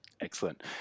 Excellent